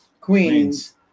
Queens